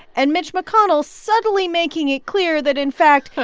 and mitch mcconnell suddenly making it clear that, in fact,